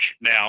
now